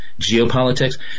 geopolitics